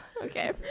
Okay